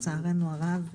לצערנו הרב,